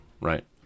right